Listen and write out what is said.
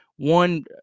one